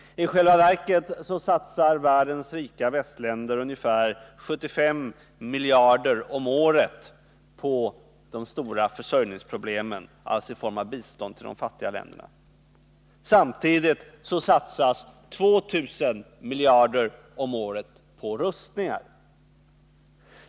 I själva verket satsar världens rika västländer ungefär 75 miljarder kronor om året på de stora försörjningsproblemen — alltså i form av bistånd till de fattiga länderna — samtidigt som det satsas 2000 miljarder kronor om året på rustningar.